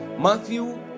Matthew